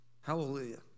hallelujah